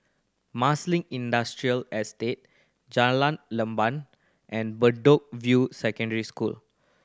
Marsiling Industrial Estate Jalan Leban and Bedok View Secondary School